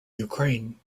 ukraine